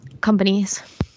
companies